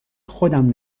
خودم